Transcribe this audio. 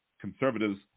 conservatives